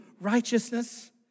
righteousness